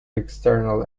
external